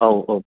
औ औ